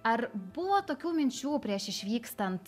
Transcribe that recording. ar buvo tokių minčių prieš išvykstant